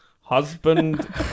husband